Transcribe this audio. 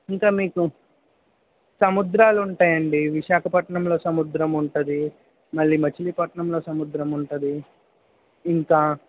ఇంకా మీకు సముద్రాలు ఉంటాయండి విశాఖపట్నంలో సముద్రం ఉంటుంది మళ్ళీ మచిలీపట్నంలో సముద్రం ఉంటుంది ఇంకా